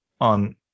on